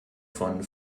von